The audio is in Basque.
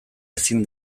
ezin